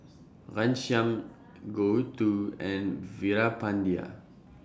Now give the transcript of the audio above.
Ghanshyam Gouthu and Veerapandiya